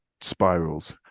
spirals